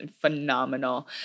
phenomenal